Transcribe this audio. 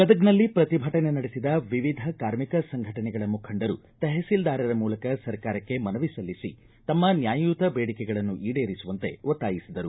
ಗದಗ್ನಲ್ಲಿ ಪ್ರತಿಭಟನೆ ನಡೆಸಿದ ವಿವಿಧ ಕಾರ್ಮಿಕ ಸಂಘಟನೆಗಳ ಮುಖಂಡರು ತೆಹಶೀಲ್ದಾರರ ಮೂಲಕ ಸರ್ಕಾರಕ್ಕೆ ಮನವಿ ಸಲ್ಲಿಸಿ ತಮ್ಮ ನ್ವಾಯಯುತ ಬೇಡಿಕೆಗಳನ್ನು ಈಡೇರಿಸುವಂತೆ ಒತ್ತಾಯಿಸಿದರು